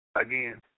again